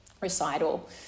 recital